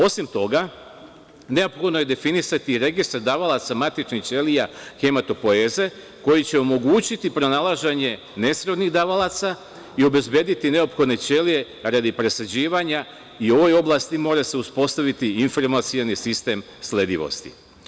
Osim toga, neophodno je definisati i registar davalaca matičnih ćelija hematopoeze koji će omogućiti pronalaženje nesrodnih davalaca i obezbediti neophodne ćelije radi presađivanja i u ovoj oblasti može se uspostaviti informacioni sistem sledivosti.